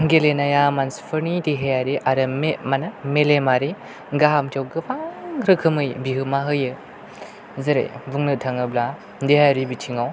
गेलेनाया मानसिफोरनि देहायारि आरो मेलेमारि गाहाम जाय गोबां रोखोमै बिहोमा होयो जेरै बुंनो थाङोब्ला देहायारि बिथिङाव